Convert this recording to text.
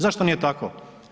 Zašto nije tako?